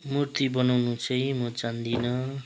मुर्ती बनाउनु चाहिँ म जान्दिनँ